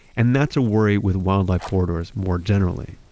and that's a worry with wildlife corridors more generally.